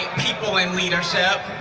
people in leadership.